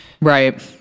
right